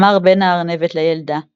אמר בן-הארנבת לילדה “בואי,